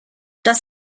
das